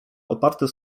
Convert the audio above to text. oparte